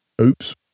Oops